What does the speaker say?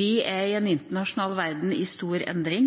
Vi er i en internasjonal verden i stor endring,